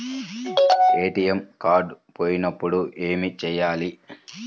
ATM card పోయినప్పుడు ఏమి చేయాలి?